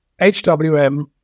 HWM